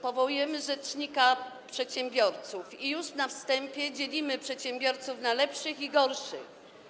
Powołujemy rzecznika przedsiębiorców i już na wstępie dzielimy przedsiębiorców na lepszych i gorszych.